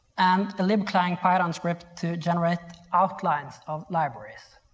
and the libclang python script to general outlines of libraries.